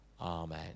Amen